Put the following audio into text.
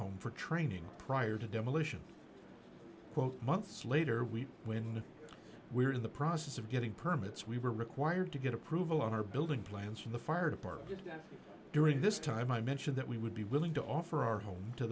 home for training prior to demolition quote months later we when we were in the process of getting permits we were required to get approval on our building plans for the fire department during this time i mentioned that we would be willing to offer our home to